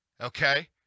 Okay